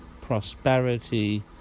prosperity